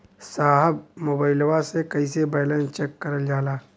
साहब मोबइलवा से कईसे बैलेंस चेक करल जाला?